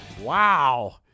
wow